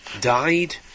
died